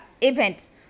events